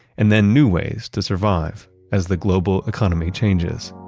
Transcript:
and then new ways to survive as the global economy changes